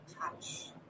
touch